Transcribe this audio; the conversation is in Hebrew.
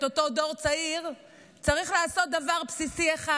אותו דור צעיר צריך לעשות דבר בסיסי אחד,